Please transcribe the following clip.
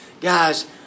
guys